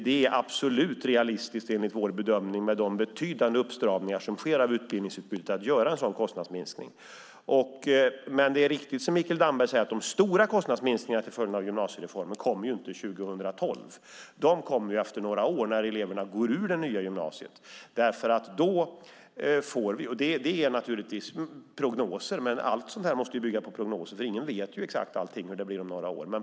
Det är enligt vår bedömning, med de betydande uppstramningar som sker av utbildningsutbudet, absolut realistiskt att göra en sådan kostnadsminskning. Det är dock riktigt som Mikael Damberg säger att de stora kostnadsminskningarna till följd av gymnasiereformen inte kommer 2012. De kommer efter några år, när eleverna går ut det nya gymnasiet. Det är naturligtvis prognoser, men allt måste ju bygga på prognoser eftersom ingen vet exakt hur allting blir om några år.